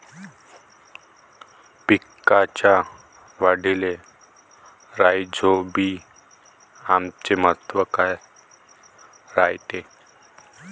पिकाच्या वाढीले राईझोबीआमचे महत्व काय रायते?